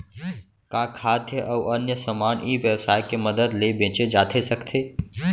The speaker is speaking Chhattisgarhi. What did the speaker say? का खाद्य अऊ अन्य समान ई व्यवसाय के मदद ले बेचे जाथे सकथे?